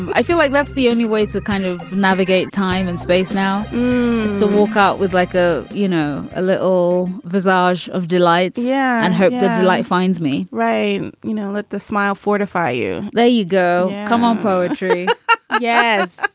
i feel like that's the only way to kind of navigate time and space now to walk out with like a, you know, a little village of delights. yeah. and i hope that life finds me right. you know, let the smile fortify you. there you go. come on. poetry yeah yes.